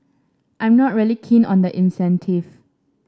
I'm not really keen on the incentive